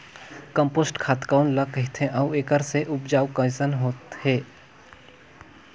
Compost खाद कौन ल कहिथे अउ एखर से उपजाऊ कैसन होत हे?